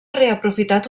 reaprofitat